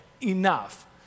enough